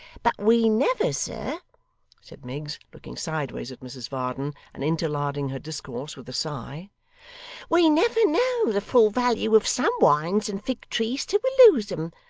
but we never, sir' said miggs, looking sideways at mrs varden, and interlarding her discourse with a sigh we never know the full value of some wines and fig-trees till we lose em.